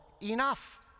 enough